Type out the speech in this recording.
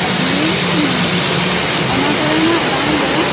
ᱟᱵᱤᱱ ᱚᱱᱟᱠᱚ ᱨᱮᱱᱟᱜ ᱫᱟᱢ ᱫᱚ